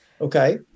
Okay